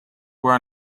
were